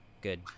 Good